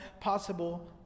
possible